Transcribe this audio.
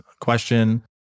question